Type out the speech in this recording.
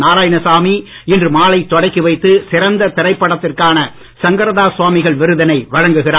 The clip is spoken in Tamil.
நாராயணசாமி இன்று மாலை தொடக்கி வைத்து சிறந்த திரைப்படத்திற்கான சங்கரதாஸ் சுவாமிகள் விருதினை வழங்குகிறார்